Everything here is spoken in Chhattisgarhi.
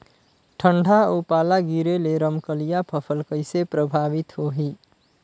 ठंडा अउ पाला गिरे ले रमकलिया फसल कइसे प्रभावित होही?